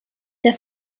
der